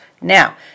Now